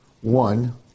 One